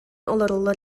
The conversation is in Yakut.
олороллор